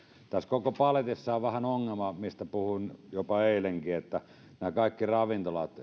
tässä koko paletissa on vähän ongelmana se mistä puhuin jopa eilenkin että kaikki ravintolat